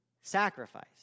sacrifice